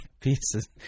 pieces